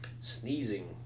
Sneezing